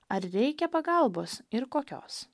ar reikia pagalbos ir kokios